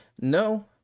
no